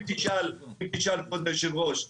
אם תשאל כבוד יושב הראש,